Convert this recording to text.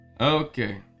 Okay